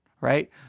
right